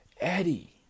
Eddie